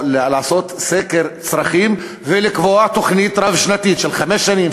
או: לעשות סקר צרכים ולקבוע תוכנית רב-שנתית של חמש שנים,